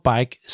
Bike